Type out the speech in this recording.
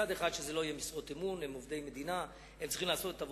מצד אחד, שזה לא יהיה במשרות אמון.